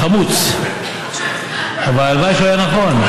חמוץ, אבל הלוואי שהוא היה נכון.